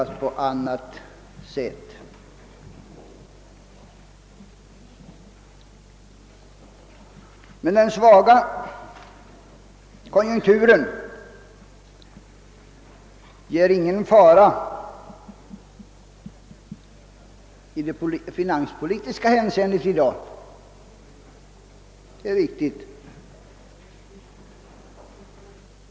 Den svaga konjunkturen innebär ingen fara i finanspolitiskt hänseende i dag — det är riktigt.